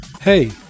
hey